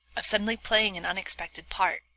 of suddenly playing an unexpected part,